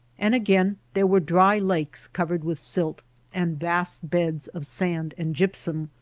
and again, there were dry lakes covered with silt and vast beds of sand and gypsum,